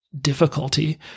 difficulty